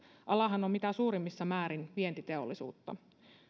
alahan on mitä suurimmassa määrin vientiteollisuutta